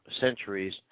centuries